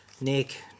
Nick